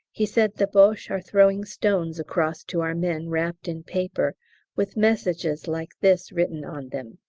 he said the boches are throwing stones across to our men wrapped in paper with messages like this written on them,